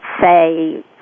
say